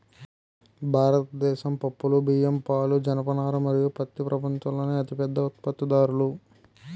భారతదేశం పప్పులు, బియ్యం, పాలు, జనపనార మరియు పత్తి ప్రపంచంలోనే అతిపెద్ద ఉత్పత్తిదారులు